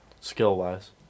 skill-wise